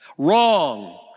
Wrong